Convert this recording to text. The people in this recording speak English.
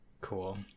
Cool